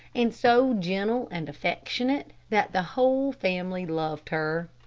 and so gentle and affectionate that the whole family loved her.